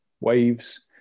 waves